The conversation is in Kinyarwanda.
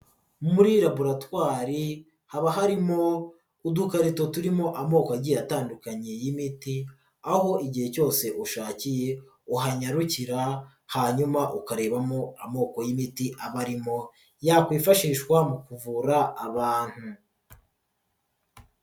Muri raboratwari haba harimo, udukarito turimo amoko agiye atandukanye y'imiti, aho igihe cyose ushakiye uhanyarukira, hanyuma ukarebamo amoko y'imiti aba arimo, yakwifashishwa mu kuvura abantu.